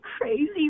crazy